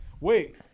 Wait